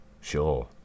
sure